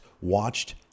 watched